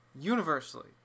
Universally